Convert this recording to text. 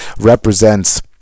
represents